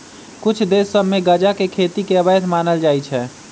कुछ देश सभ में गजा के खेती के अवैध मानल जाइ छै